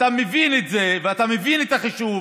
אתה מבין את זה ואתה מבין את החישוב.